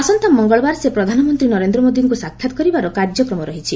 ଆସନ୍ତା ମଙ୍ଗଳବାର ସେ ପ୍ରଧାନମନ୍ତ୍ରୀ ନରେନ୍ଦ୍ର ମୋଦିଙ୍କ ସାକ୍ଷାତ କରିବା କାର୍ଯ୍ୟକ୍ରମ ରହିଛି